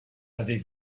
avez